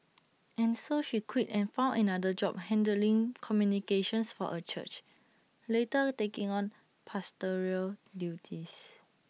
and so she quit and found another job handling communications for A church later taking on pastoral duties